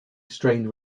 strained